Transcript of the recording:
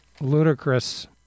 ludicrous